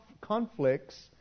conflicts